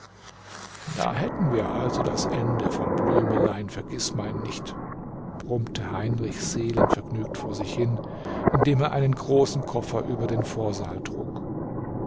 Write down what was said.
da hätten wir also das ende vom blümelein vergißmeinnicht brummte heinrich seelenvergnügt vor sich hin indem er einen großen koffer über den vorsaal trug